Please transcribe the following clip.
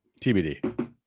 TBD